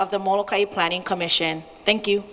of the planning commission thank you